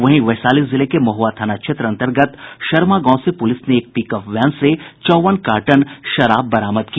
वहीं वैशाली जिले के महुआ थाना क्षेत्र अंतर्गत शर्मा गांव से पुलिस ने एक पिकअप वैन से चौवन कार्टन शराब बरामद की